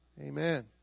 Amen